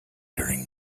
during